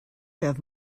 have